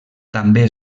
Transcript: també